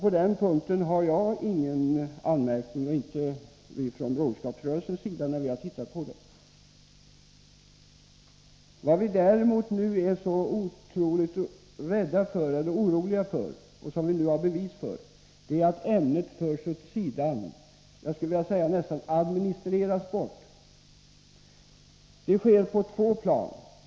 På den punkten har jag ingen anmärkning, och inte Broderskapsrörelsen heller. Vad vi däremot har varit mycket oroliga för och nu har fått bevis på är att ämnet förs åt sidan, nästan administreras bort, skulle jag vilja säga. Detta sker på två plan.